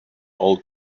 old